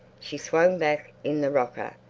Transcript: she swung back in the rocker.